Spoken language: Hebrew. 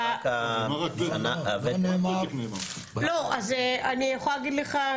אני יכולה להגיד לך,